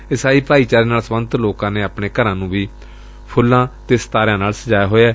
ਈਸਾਈ ਭਾਈਚਾਰੇ ਨਾਲ ਸਬੰਧਤ ਲੋਕਾਂ ਨੇ ਆਪਣੇ ਘਰਾਂ ਨੂੰ ਫੁੱਲਾਂ ਨਾਲ ਸਜਾਇਆ ਹੋਇਐ